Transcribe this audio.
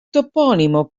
toponimo